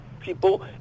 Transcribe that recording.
people